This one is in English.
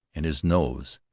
and his nose,